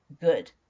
good